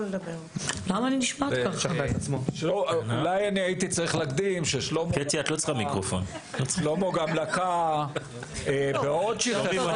אולי הייתי צריך להקדים ולהגיד ששלמה לקה בעוד שכחה -- שלמה,